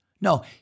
No